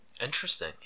Interesting